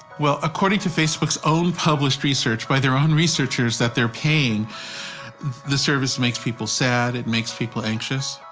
well, according to facebook's own published research by their own researchers that they're paying the service makes people sad. it makes people anxious.